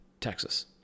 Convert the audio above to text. Texas